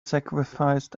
sacrificed